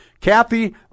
Kathy